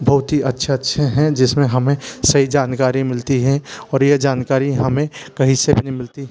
बहुत ही अच्छे अच्छे हैं जिस में हमें सही जानकारी मिलती हैं और यह जानकारी हमें कहीं से भी नहीं मिलती